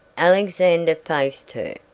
alexander faced her,